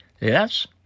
Yes